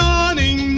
Morning